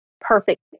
perfect